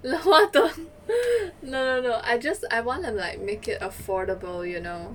no no no I just I want to make it affordable you know